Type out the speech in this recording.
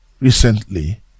recently